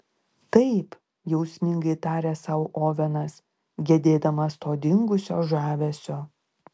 taip jausmingai tarė sau ovenas gedėdamas to dingusio žavesio